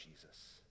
Jesus